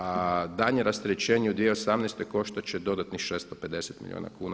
A daljnje rasterećenje u 2018. koštat će dodatnih 650 milijuna kuna.